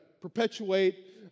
perpetuate